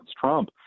Trump